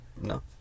No